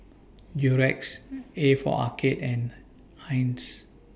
Durex A For Arcade and Heinz